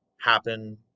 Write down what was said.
happen